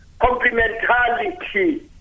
complementarity